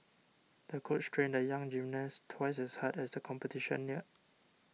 the coach trained the young gymnast twice as hard as the competition neared